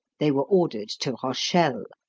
they were ordered to rochelle.